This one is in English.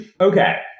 Okay